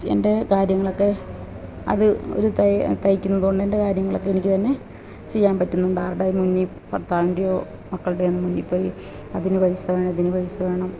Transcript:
എന്റെ കാര്യങ്ങളൊക്കെ അത് ഒരു തയ് തയ്ക്കുന്നത് കൊണ്ടെന്റെ കാര്യങ്ങളൊക്കെ എനിക്ക് തന്നെ ചെയ്യാന് പറ്റുന്നുണ്ട് ആരുടെയും മുന്നില് ഭര്ത്താവിന്റെയോ മക്കളുടെയോ ഒന്നും മുന്നില്പ്പോയി അതിന് പൈസ വേണം ഇതിന് പൈസ വേണം